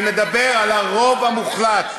אני מדבר על הרוב המוחלט.